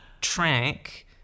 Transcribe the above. track